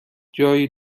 جایی